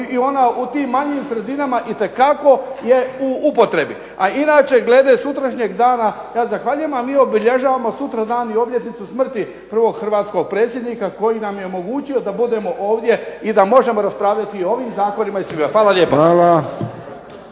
i ona u tim manjim sredinama itekako je u upotrebi. A inače glede sutrašnjeg dana, ja zahvaljujem, ali mi obilježavamo sutra dan i obljetnicu smrti prvog hrvatskog predsjednika koji nam je omogućio da budemo ovdje i da možemo raspravljati o ovim zakonima i svemu. Hvala